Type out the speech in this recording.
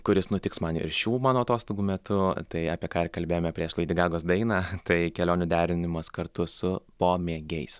kuris nutiks man ir šių mano atostogų metu tai apie ką kalbėjome prieš leidy gagos dainą tai kelionių derinimas kartu su pomėgiais